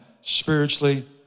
spiritually